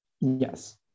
Yes